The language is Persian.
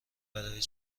برای